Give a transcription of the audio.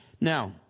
Now